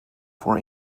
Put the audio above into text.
for